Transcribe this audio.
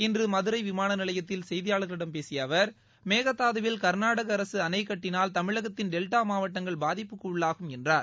இன்று மதுரை விமான நிலையத்தில் செய்தியாளர்களிடம் பேசிய அவர் மேகதாதுவில் கர்நாடக அரசு அணைக்கட்டினால் தமிழகத்தின் டெல்டா மாவட்டங்கள் பாதிப்புக்கு உள்ளாகும் என்றார்